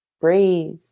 breathe